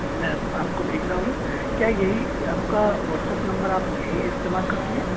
मैं आपको भेज रहा हूँ क्या यही आपका वाट्सअप नंबर आप यही इस्तेमाल करती हैं